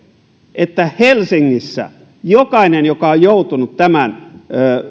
että helsingissä jokainen joka on joutunut tämän